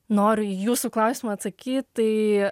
noriu jūsų klausimą atsakyti tai